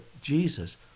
jesus